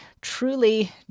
truly